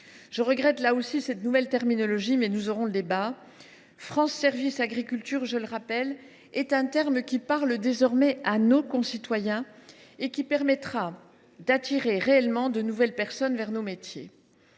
Je regrette là aussi cette nouvelle terminologie, dont nous débattrons. France Services agriculture, je le rappelle, est un intitulé qui parle désormais à nos concitoyens et qui permettra d’attirer réellement de nouvelles personnes vers les métiers